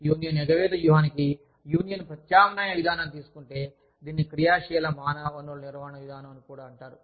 union ఎగవేత వ్యూహానికి union ప్రత్యామ్నాయ విధానం తీసుకుంటే దీనిని క్రియాశీల మానవ వనరుల నిర్వహణ విధానం అని కూడా అంటారు